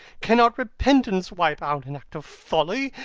cannot repentance wipe out an act of folly?